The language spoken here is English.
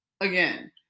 again